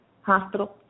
Hospital